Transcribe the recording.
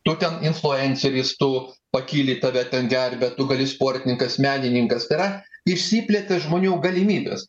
tu ten influenceris tu pakyli tave ten gerbia tu gali sportininkas menininkas tai yra išsiplėtė žmonių galimybės